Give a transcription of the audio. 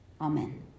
Amen